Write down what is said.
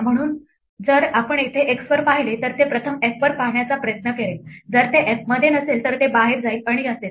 म्हणून जर आपण येथे x वर पाहिले तर ते प्रथम f वर पाहण्याचा प्रयत्न करेल जर ते f मध्ये नसेल तर ते बाहेर जाईल आणि असेच